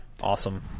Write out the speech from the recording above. awesome